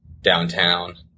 downtown